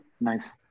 Nice